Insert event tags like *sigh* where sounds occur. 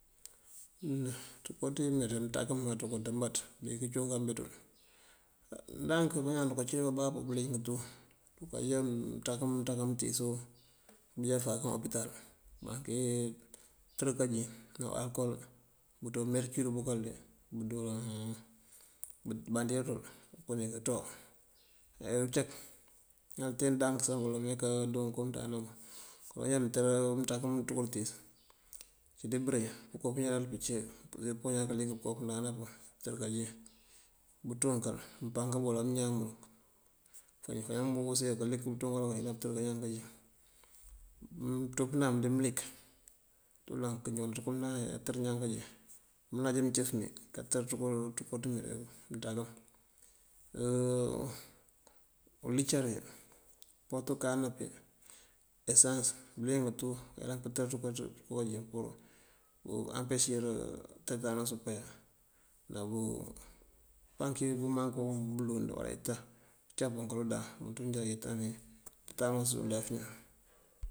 Ţënko ţí meenţí uncí mëënţáankin bineţël ţënko dëmbaţ, dink cúunkaŋbi ţël. Ndank bañaan duka cí bababú bëliyëng tú. Ajá mëënţákëm mëënţákëm mëëntíisú biyáfá opital má keetër kánjin dí alëkol búţú merëkur bëkël dí *hesitation* búmbandir tël këëmpëni kí ţúwáar. Mee uncak iñaan tee ndank baloŋ meenjáando komëënţándanawun. Ojá mëëntëra mëëntákëm kotíis, dí bëreŋ bëënko jáaţ bëëncí, bëënko bëñalal bun cí këëntër kánjin. Bëënţunkël mpankabël amëëñaam bël *unintelligible* mëlik mëëntú mun ayëlan pëëntër iñaan kánjin. Mëënţú pënam dí mëlik këëñaw ţënko tëmëënţándanatun atër iñaan kánjin. Mëëlaj mëëncëf mí atër ţënko ţí meeţí aţaan këmbá. *hesitation* ulíncar uwí, puweet unkáaná pí esans bëliyëng tú ayëlan pëëntër ţënko, búukajá pur ampecir tetanos bëëmpeyá. *hesitation* ná bupanki bëmangú bëlund areta mëëncapaŋ kúundáan awetan tetanus dí ulef iñaan.